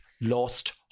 lost